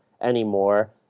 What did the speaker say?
anymore